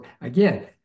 again